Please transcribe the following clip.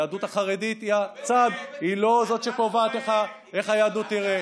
היהדות החרדית היא לא זאת שקובעת איך היהדות תיראה.